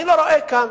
אני לא רואה כאן.